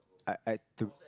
I I to